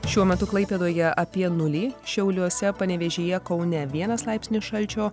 šiuo metu klaipėdoje apie nulį šiauliuose panevėžyje kaune vienas laipsnis šalčio